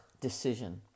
decision